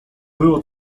było